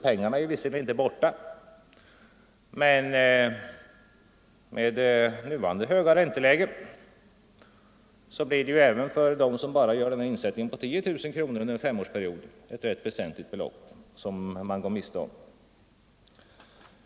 Pengarna är visserligen inte borta, men med nuvarande höga ränteläge blir det även för dem som bara gör denna insättning på 10 000 kronor under en femårsperiod ett rätt väsentligt belopp som de går miste om.